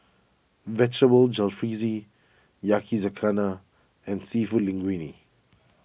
Vegetable Jalfrezi Yakizakana and Seafood Linguine